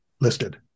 listed